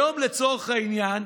היום, לצורך העניין,